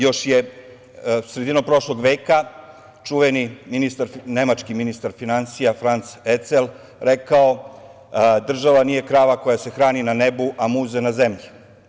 Još je sredinom prošlog veka čuveni nemački ministar finansija Franc Ecel rekao – država nije krava koja se hrani na nebu, a muze na zemlji.